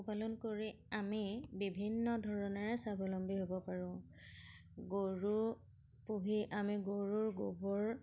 পালন কৰি আমি বিভিন্ন ধৰণেৰে স্বাৱলম্বী হ'ব পাৰোঁ গৰু পুহি আমি গৰুৰ গোবৰ